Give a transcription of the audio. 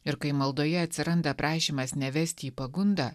ir kai maldoje atsiranda prašymas nevesti į pagundą